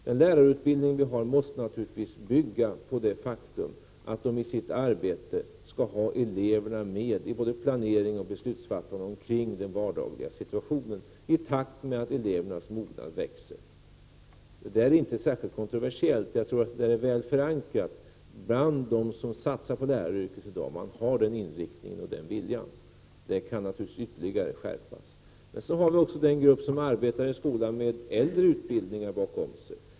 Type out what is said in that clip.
Den lärarutbildning vi har måste naturligtvis bygga på att lärarna i sitt arbete skall ha eleverna med i både planering och beslutsfattande för den vardagliga situationen i takt med elevernas mognad. Detta är inte särskilt kontroversiellt. Jag tror att det är väl förankrat hos dem som satsar på läraryrket i dag. Man har den inriktningen och den viljan. Detta kan dock naturligtvis ytterligare poängteras. Vi har också den grupp lärare som arbetar i skolan som har äldre utbildning bakom sig.